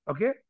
Okay